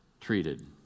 treated